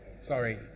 Sorry